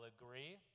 agree